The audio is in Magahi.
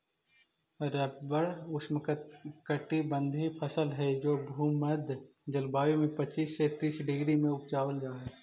रबर ऊष्णकटिबंधी फसल हई जे भूमध्य जलवायु में पच्चीस से तीस डिग्री में उपजावल जा हई